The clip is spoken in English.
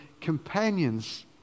companions